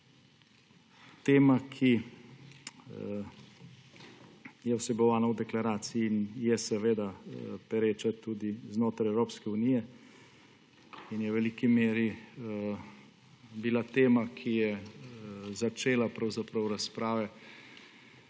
Tema, ki je vsebovana v deklaraciji in je seveda pereča tudi znotraj Evropske unije, v veliki meri je bila tema, ki je začela razprave